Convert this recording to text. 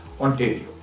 Ontario